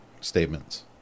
statements